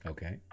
Okay